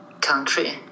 country